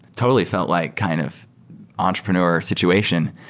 totally felt like kind of entrepreneur situation,